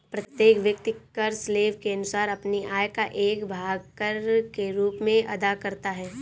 प्रत्येक व्यक्ति कर स्लैब के अनुसार अपनी आय का एक भाग कर के रूप में अदा करता है